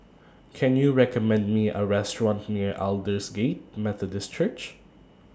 Can YOU recommend Me A Restaurant near Aldersgate Methodist Church